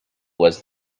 was